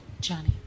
Johnny